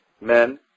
Men